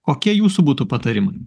kokie jūsų būtų patarimai